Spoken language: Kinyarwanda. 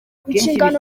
inshingano